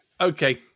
Okay